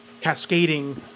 cascading